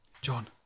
John